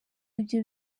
ibyo